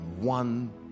one